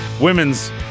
women's